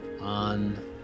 on